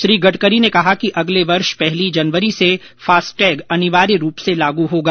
श्री गडकरी ने कहा कि अगले वर्ष पहली जनवरी से फास्टैग अनिवार्य रूप से लागू होगा